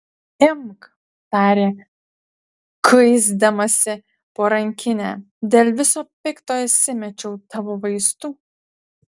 imk tarė kuisdamasi po rankinę dėl viso pikto įsimečiau tavo vaistų